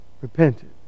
repented